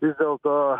vis dėlto